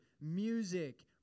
music